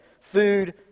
food